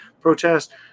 protest